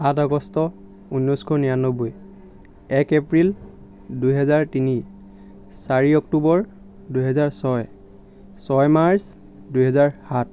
সাত আগষ্ট ঊনৈছশ নিৰান্নব্বৈ এক এপ্ৰিল দুহেজাৰ তিনি চাৰি অক্টোবৰ দুহেজাৰ ছয় ছয় মাৰ্চ দুহেজাৰ সাত